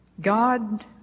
God